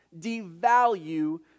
devalue